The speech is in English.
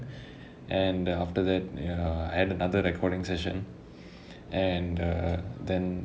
and then after that ya I had another recording session and err then